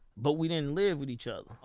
but we didn't live with each other.